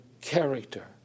character